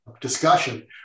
discussion